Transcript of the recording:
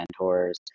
mentors